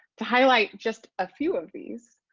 to highlight just a few of these,